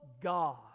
God